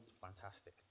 fantastic